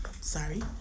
sorry